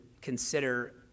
consider